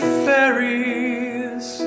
fairies